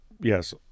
yes